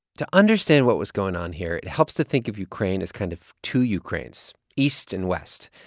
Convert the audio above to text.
to understand what was going on here, it helps to think of ukraine as kind of two ukraines, east and west.